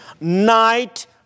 night